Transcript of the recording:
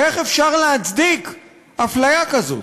איך אפשר להצדיק אפליה כזאת?